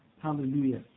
Hallelujah